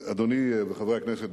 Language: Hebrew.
אדוני וחברי הכנסת,